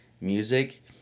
music